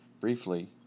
briefly